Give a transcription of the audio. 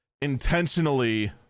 intentionally